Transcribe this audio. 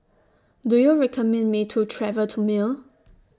Do YOU recommend Me to travel to Male